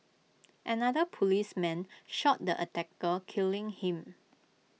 another policeman shot the attacker killing him